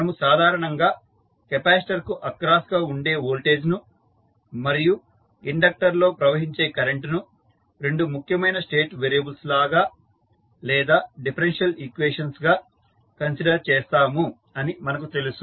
మనము సాధారణంగా కెపాసిటర్ కు అక్రాస్ గా ఉండే వోల్టేజ్ ను మరియు ఇండక్టర్ లో ప్రవహించే కరెంటు ను రెండు ముఖ్యమైన స్టేట్ వేరియబుల్స్ లాగా లేదా డిఫరెన్షియల్ ఈక్వేషన్స్ గా కన్సిడర్ చేస్తాము అని మనకు తెలుసు